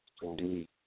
Indeed